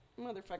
motherfucker